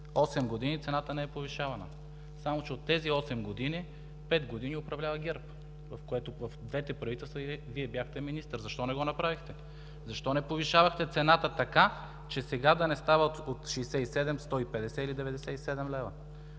години цената не е повишавана, само че от тези осем години пет години управлява ГЕРБ. В двете правителства Вие бяхте министър, защо не го направихте? Защо не повишавахте цената така, че сега да не става от 67, 150 или 97 лв.?